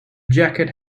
jacket